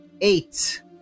Eight